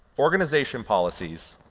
organization policies,